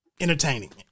entertaining